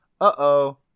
uh-oh